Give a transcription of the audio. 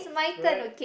right